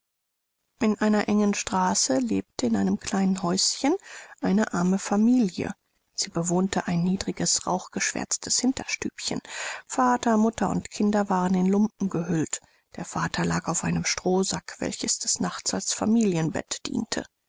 in einer engen straße lebte in einem kleinen häuschen eine arme familie sie bewohnte ein niedriges rauchgeschwärztes hinterstübchen vater mutter und kinder waren in lumpen gehüllt der vater lag auf einem strohsack welcher des nachts als familienbett diente